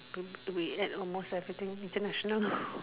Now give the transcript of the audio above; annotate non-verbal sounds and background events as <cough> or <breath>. <noise> wait that's almost everything international <breath>